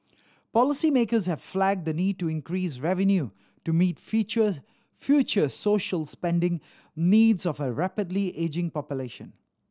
policymakers have flagged the need to increase revenue to meet future social spending needs of a rapidly ageing population